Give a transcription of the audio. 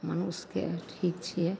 मनुष्यकेँ ठीक छिए